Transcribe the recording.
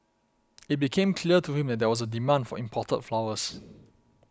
it became clear to him that there was a demand for imported flowers